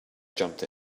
jumped